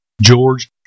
George